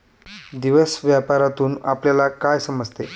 दिवस व्यापारातून आपल्यला काय समजते